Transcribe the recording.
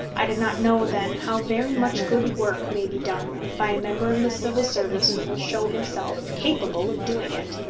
i did not know then how very much good work may be done by a member of the civil service who will show himself capable of doing it.